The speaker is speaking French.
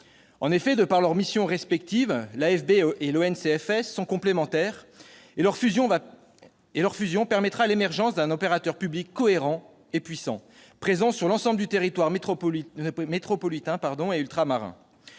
En effet, de par leurs missions respectives, l'AFB et l'ONCFS sont complémentaires, et leur fusion permettra l'émergence d'un opérateur public cohérent et puissant, présent sur l'ensemble du territoire métropolitain et ultramarin.